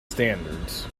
standards